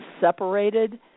separated